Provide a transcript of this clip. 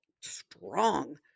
strong